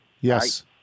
yes